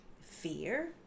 fear